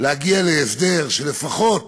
להגיע להסדר שלפחות